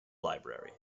library